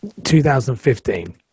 2015